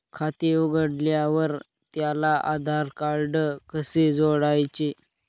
खाते उघडल्यावर त्याला आधारकार्ड कसे जोडायचे?